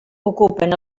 ocupen